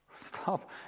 Stop